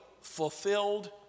fulfilled